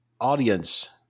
audience